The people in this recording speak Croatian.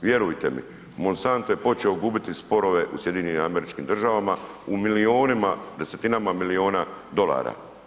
Vjerujte mi, Monsanto je počeo gubiti sporove u SAD-u u milijunima, desetinama milijuna dolara.